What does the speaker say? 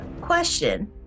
question